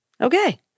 Okay